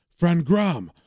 Frangram